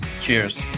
Cheers